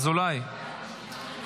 אזולאי,